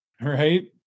right